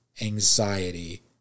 anxiety